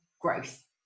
growth